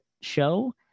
show